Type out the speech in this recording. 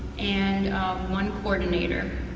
and one coordinator.